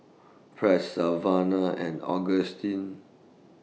Press Savannah and Augustine